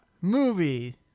movie